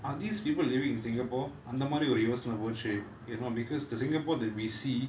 are these people living in singapore அந்த மாரி ஒரு யோசன போச்சு:antha maari oru yosana pochu you know because the singapore that we see